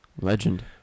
Legend